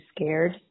scared